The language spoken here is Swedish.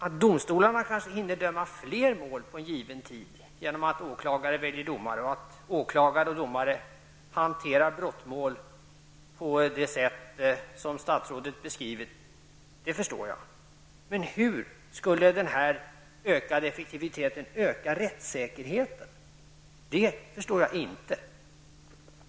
Att domstolarna kanske hinner döma fler mål på en given tid genom att åklagare väljer domare och att åklagare och domare hanterar brottmål på det sätt som statsrådet har beskrivit, det förstår jag. Men hur skulle den här ökade effektiviteten öka rättssäkerheten? Det förstår jag inte.